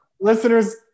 listeners